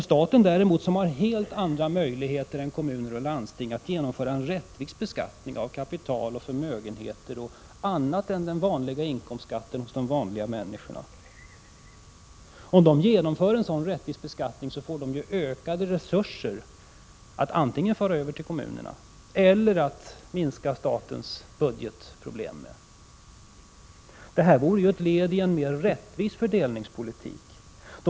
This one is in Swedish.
Staten däremot har helt andra möjligheter än kommuner och landsting att genomföra en rättvis beskattning av kapital, förmögenheter och annat än den vanliga inkomsten. Om man genomför en sådan rättvis beskattning får man ökade resurser, som man antingen kan föra över till kommunerna eller använda till att rätta till problem i statens budget. Det här vore ett led i en mer rättvis fördelningspolitik.